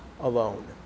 alone